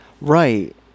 Right